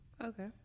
Okay